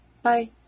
Bye